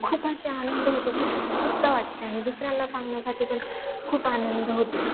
खूप असे आनंद होतो खूप उत्सुकता वाटते आणि दुसऱ्यांना सांगण्यासाठी पण खूप आनंद होतो